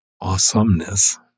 awesomeness